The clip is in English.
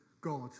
God